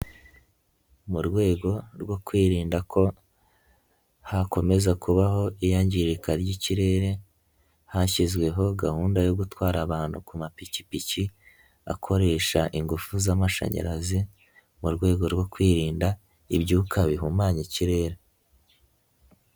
Mu rwego rwo kwirinda ko hakomeza kubaho iyangirika ry'ikirere, hashyizweho gahunda yo gutwara abantu ku mapikipiki, akoresha ingufu z'amashanyarazi, mu rwego rwo kwirinda ibyuka bihumanya ikirere.